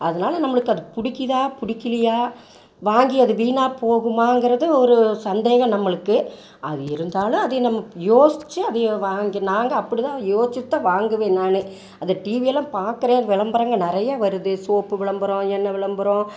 அதனால நம்மளுக்கு அது பிடிக்கிதா பிடிக்கிலையா வாங்கி அது வீணாக போகுமாங்கிறது ஒரு சந்தேகம் நம்மளுக்கு அது இருந்தாலும் அதை நம்ம யோசித்து அதையே வாங்கி நாங்கள் அப்படி தான் யோசிச்சுட்டு தான் வாங்குவேன் நான் அதை டிவி எல்லாம் பார்க்குறேன் விளம்பரங்கள் நிறையா வருது சோப்பு விளம்பரம் என்ன விளம்பரம்